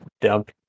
dump